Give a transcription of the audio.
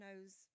knows